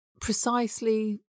precisely